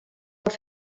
fer